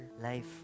life